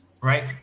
right